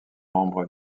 membre